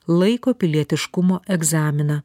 laiko pilietiškumo egzaminą